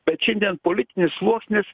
bet šiandien politinis sluoksnis